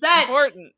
important